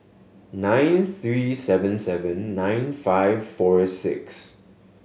nine three seven seven nine five four six